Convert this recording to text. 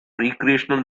recreational